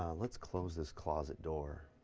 let's close this closet door.